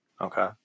Okay